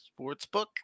Sportsbook